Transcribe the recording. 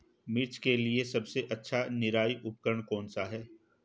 मिर्च के लिए सबसे अच्छा निराई उपकरण कौनसा है?